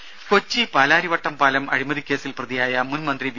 രുര കൊച്ചി പാലാരിവട്ടം പാലം അഴിമതി കേസിൽ പ്രതിയായ മുൻ മന്ത്രി വി